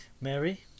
Mary